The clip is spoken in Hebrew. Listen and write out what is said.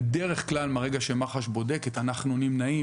בדרך כלל מהרגע שמח"ש בודקת אנחנו נמנעים